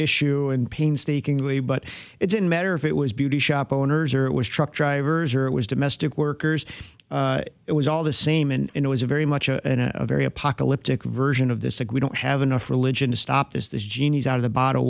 issue and painstakingly but it didn't matter if it was beauty shop owners or it was truck drivers or it was domestic workers it was all the same and it was a very much a very apocalyptic version of this agree don't have enough religion to stop this the genie is out of the bottle